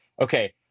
okay